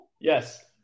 Yes